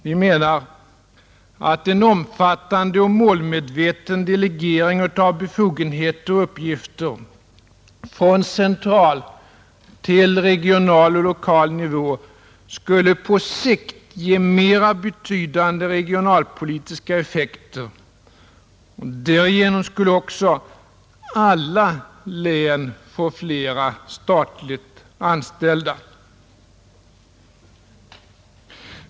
Vi menar att en omfattande och målmedveten delegering av befogenheter och uppgifter från central till regional och lokal nivå skulle på sikt ge mer betydande regionalpolitiska effekter. Därigenom skulle också alla län få flera statligt anställda.